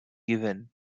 given